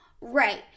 Right